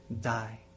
die